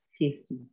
safety